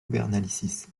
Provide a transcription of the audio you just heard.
bernalicis